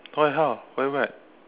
why how what is that